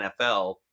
NFL